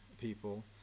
people